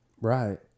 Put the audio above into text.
Right